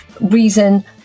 reason